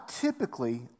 typically